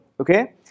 okay